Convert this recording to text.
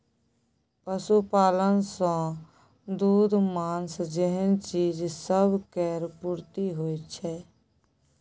पशुपालन सँ दूध, माँस जेहन चीज सब केर पूर्ति होइ छै